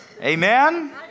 Amen